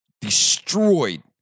destroyed